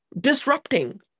disrupting